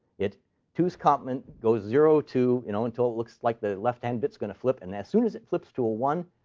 two's complement goes zero to you know, until it looks like the left-hand bit is going to flip. and as soon as it flips to a one,